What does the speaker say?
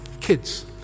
kids